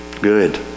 good